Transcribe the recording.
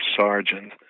sergeant